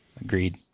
Agreed